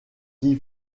qui